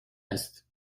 است